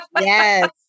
Yes